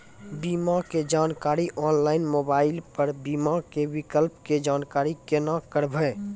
बीमा के जानकारी ऑनलाइन मोबाइल पर बीमा के विकल्प के जानकारी केना करभै?